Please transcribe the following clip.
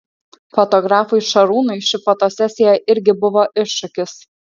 fotografui šarūnui ši fotosesija irgi buvo iššūkis